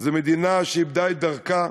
זו מדינה שאיבדה את דרכה,